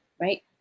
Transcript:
right